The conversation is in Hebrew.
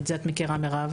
את זה את מכירה, מירב.